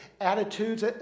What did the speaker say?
attitudes